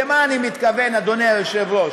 למה אני מתכוון, אדוני היושב-ראש?